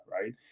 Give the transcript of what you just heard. right